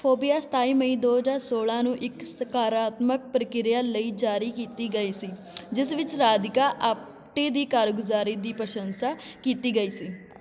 phobia ਸਤਾਈ ਮਈ ਦੋ ਹਜ਼ਾਰ ਸੌਲ੍ਹਾਂ ਨੂੰ ਇੱਕ ਸਕਾਰਾਤਮਕ ਪ੍ਰਤੀਕਿਰਿਆ ਲਈ ਜਾਰੀ ਕੀਤੀ ਗਈ ਸੀ ਜਿਸ ਵਿੱਚ ਰਾਧਿਕਾ ਆਪਟੇ ਦੀ ਕਾਰਗੁਜ਼ਾਰੀ ਦੀ ਪ੍ਰਸ਼ੰਸਾ ਕੀਤੀ ਗਈ ਸੀ